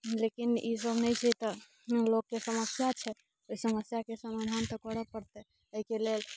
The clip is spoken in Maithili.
लेकिन ई सब नहि छै तऽ लोककेँ समस्या छै ओहि समस्याके समाधान तऽ करऽ पड़तै ताहिके लेल